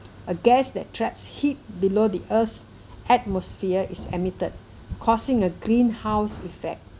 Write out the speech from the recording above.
a gas that traps heat below the earth atmosphere is emitted causing a greenhouse effect